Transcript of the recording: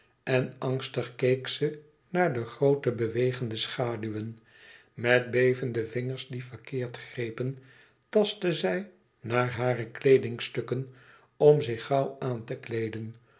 en angstig keek ze naar de groote bewegende schaduwen met bevende vingers die verkeerd grepen tastte zij naar hare kleedingstukken om zich gauw aan te kleeden